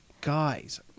guys